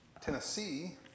Tennessee